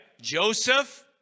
Joseph